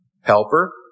helper